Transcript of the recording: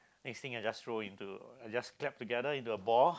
next thing I just throw into I just clap together into a ball